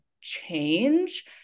change